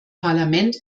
parlament